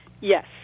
Yes